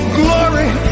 glory